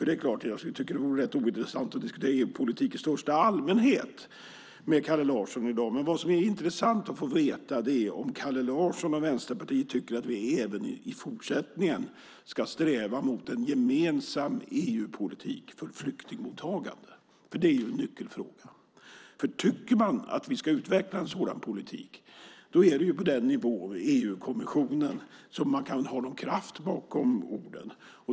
Och det är klart - jag tycker att det vore rätt ointressant att diskutera EU-politik i största allmänhet med Kalle Larsson i dag. Men vad som är intressant att få veta är om Kalle Larsson och Vänsterpartiet tycker att vi även i fortsättningen ska sträva mot en gemensam EU-politik för flyktingmottagande. Det är en nyckelfråga. Om man tycker att vi ska utveckla en sådan politik är det på EU-kommissionsnivå som man kan ha någon kraft bakom orden.